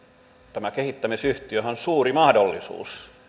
tämä kehittämisyhtiöhän on suuri mahdollisuus